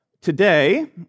today